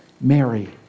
Mary